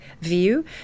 view